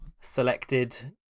selected